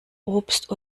obst